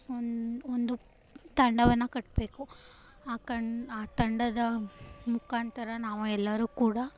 ಒಂದು ಒಂದು ತಂಡವನ್ನು ಕಟ್ಟಬೇಕು ಆ ಕ ಆ ತಂಡದ ಮುಖಾಂತರ ನಾವು ಎಲ್ಲರೂ ಕೂಡ